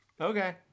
Okay